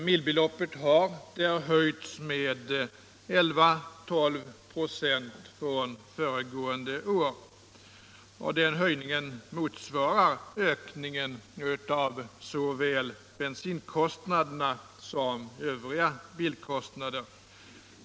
Milbeloppet har där höjts med 11-12 96 från föregående år. Höjningen motsvarar ökningen av såväl bensinkostnaderna som övriga bilkostnader.